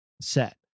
set